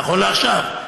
נכון לעכשיו.